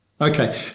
Okay